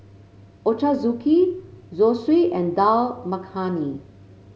Ochazuke Zosui and Dal Makhani